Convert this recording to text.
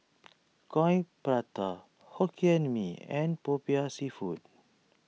Coin Prata Hokkien Mee and Popiah Seafood